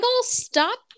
stop